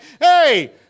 hey